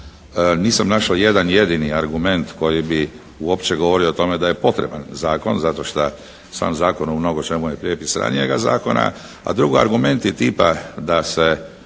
nisam našao jedan jedini argument koji bi uopće govorio o tome da je potreban zakon, zato što sam zakon u mnogočemu je …/Govornik se ne razumije./… zakona. A drugo, argument je tipa da se